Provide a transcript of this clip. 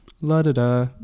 la-da-da